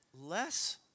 less